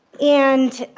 and